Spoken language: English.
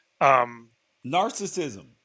Narcissism